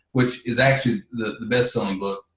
which is actually the best selling book,